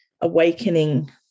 awakening